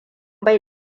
bai